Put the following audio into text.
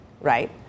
right